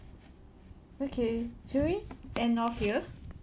okay can we end off here